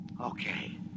Okay